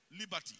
liberty